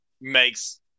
makes